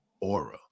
aura